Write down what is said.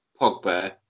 Pogba